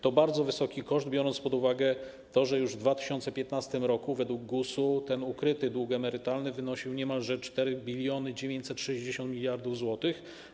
To bardzo wysoki koszt, biorąc pod uwagę to, że już w 2015 r. według GUS-u ten ukryty dług emerytalny wynosił niemalże 4960 mld zł.